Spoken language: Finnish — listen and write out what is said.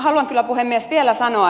haluan kyllä puhemies vielä sanoa